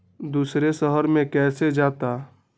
दूसरे शहर मे कैसे जाता?